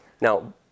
Now